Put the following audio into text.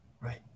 right